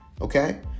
Okay